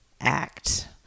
Act